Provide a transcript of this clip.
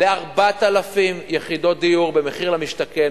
ל-4,000 יחידות דיור במחיר למשתכן,